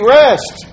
rest